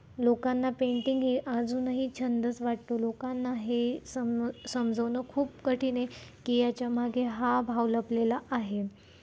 लोकांना पेंटिंग हे अजूनही छंदच वाटतो लोकांना हे सम समजावणं खूप कठीण आहे की याच्यामागे हा भाव लपलेला आहे